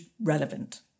relevant